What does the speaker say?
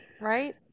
right